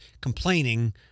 complaining